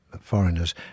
foreigners